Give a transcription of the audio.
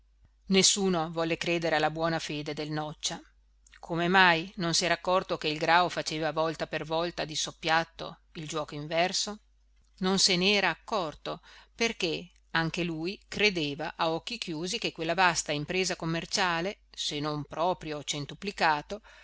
nessuno volle credere alla buona fede del noccia come mai non s'era accorto che il grao faceva volta per volta di soppiatto il giuoco inverso non se n'era accorto perché anche lui credeva a occhi chiusi che quella vasta impresa commerciale se non proprio centuplicato